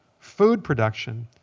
food production.